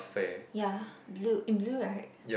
ya blue blue right